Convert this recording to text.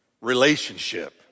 relationship